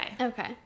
Okay